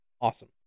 awesome